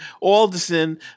Alderson